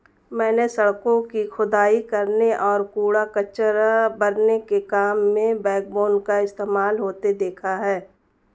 मैंने सड़कों की खुदाई करने और कूड़ा कचरा भरने के काम में बैकबोन का इस्तेमाल होते देखा है